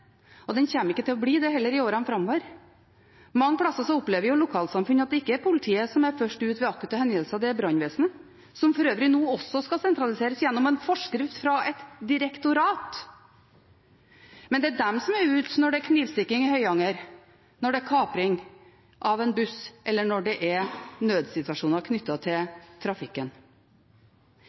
og den kommer heller ikke til å bli det i årene framover. Mange plasser opplever lokalsamfunnet at det ikke er politiet som er først ute ved akutte hendelser. Det er brannvesenet, som for øvrig nå også skal sentraliseres gjennom en forskrift fra et direktorat. Men det er de som er ute når det er knivstikking i Høyanger, når det er kapring av en buss, eller når det er nødsituasjoner knyttet til trafikken.